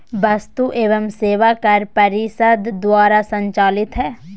वस्तु एवं सेवा कर परिषद द्वारा संचालित हइ